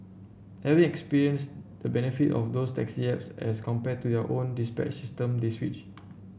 having experienced the benefit of those taxi apps as compared to your own dispatch system they switch